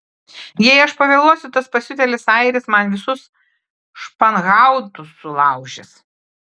jei aš pavėluosiu tas pasiutėlis airis man visus španhautus sulaužys